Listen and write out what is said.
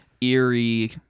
eerie